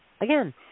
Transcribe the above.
again